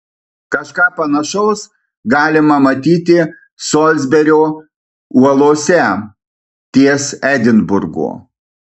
kažką panašaus galima matyti solsberio uolose ties edinburgu